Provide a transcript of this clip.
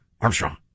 Armstrong